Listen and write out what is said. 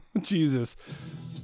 Jesus